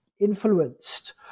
influenced